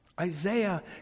Isaiah